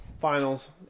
finals